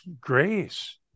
grace